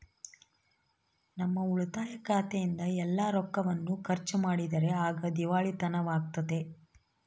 ನಮ್ಮ ಉಳಿತಾಯ ಖಾತೆಯಿಂದ ಎಲ್ಲ ರೊಕ್ಕವನ್ನು ಖರ್ಚು ಮಾಡಿದರೆ ಆಗ ದಿವಾಳಿತನವಾಗ್ತತೆ